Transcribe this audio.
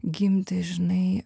gimti žinai